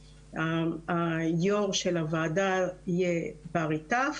היו"ר של הוועדה יהיה ברי טף